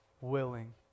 willing